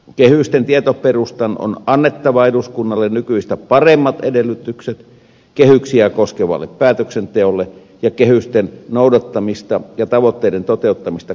kehysten tietoperustan on annettava eduskunnalle nykyistä paremmat edellytykset kehyksiä koskevalle päätöksenteolle ja kehysten noudattamista ja tavoitteiden toteuttamista koskevalle seurannalle